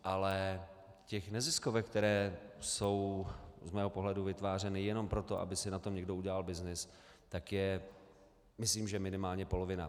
Ale těch neziskovek, které jsou z mého pohledu vytvářeny jenom proto, aby si na tom někdo udělal byznys, je myslím minimálně polovina.